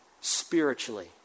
spiritually